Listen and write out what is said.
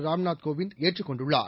ராம்நூத் கோவிந்த் ஏற்றுக் கொண்டுள்ளார்